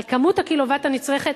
על כמות הקילוואט הנצרכת,